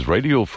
Radio